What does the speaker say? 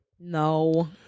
No